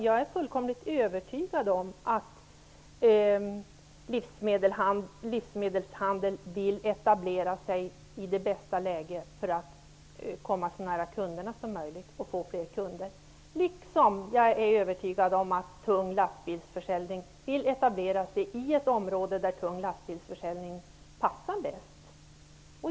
Jag är fullkomligt övertygad om att livsmedelshandlarna vill etablera sig i det bästa läget för att komma så nära kunderna som möjligt och därmed få mer kunder. Likaså är jag övertygad om att handlare som säljer tunga lastbilar vill etablera sig i ett område där den typen av försäljning passar bäst.